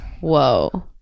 Whoa